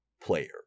player